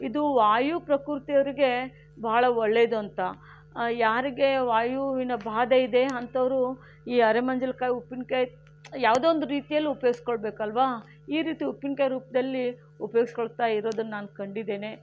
ಇದು ವಾಯು ಪ್ರಕೃತಿಯವರಿಗೆ ಬಹಳ ಒಳ್ಳೆಯದು ಅಂತ ಯಾರಿಗೆ ವಾಯುವಿನ ಬಾಧೆಯಿದೆ ಅಂಥವರು ಈ ಅರೆಮಂಜಲಕಾಯಿ ಉಪ್ಪಿನಕಾಯಿ ಯಾವುದೋ ಒಂದು ರೀತಿಯಲ್ಲಿ ಉಪ್ಯೋಗ್ಸ್ಕೊಳ್ಬೇಕಲ್ವಾ ಈ ರೀತಿ ಉಪ್ಪಿನಕಾಯಿ ರೂಪದಲ್ಲಿ ಉಪಯೋಗಿಸ್ಕೊಳ್ತಾ ಇರೋದನ್ನು ನಾನು ಕಂಡಿದ್ದೇನೆ